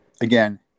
Again